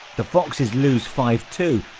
the foxes lose five two,